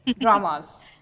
dramas